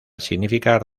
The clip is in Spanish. significar